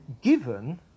given